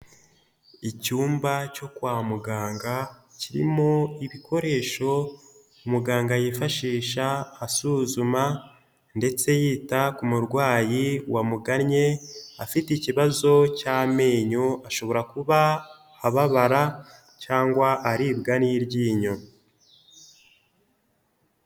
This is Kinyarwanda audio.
Icyumba cyo kwa muganga kirimo ibikoresho muganga yifashisha asuzuma ndetse yita ku murwayi wamugannye, afite ikibazo cy'amenyo ashobora kuba ababara cyangwa aribwa n'iryinyo.